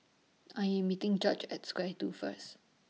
I Am meeting Judge At Square two First